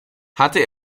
hatte